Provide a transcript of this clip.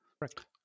Correct